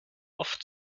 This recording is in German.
oft